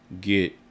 get